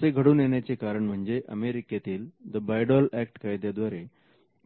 असे घडून येण्याचे कारण म्हणजे अमेरिकेतील the Bayh Dole Act कायद्याद्वारे